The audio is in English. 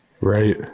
right